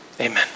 Amen